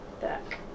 back